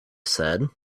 said